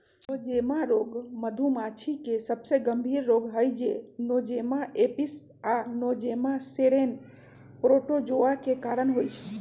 Nosema रोग मधुमाछी के सबसे गंभीर रोग हई जे नोज़ेमा एपिस आ नोज़ेमा सेरेने प्रोटोज़ोआ के कारण होइ छइ